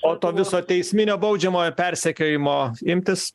o to viso teisminio baudžiamojo persekiojimo imtis